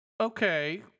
Okay